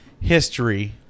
history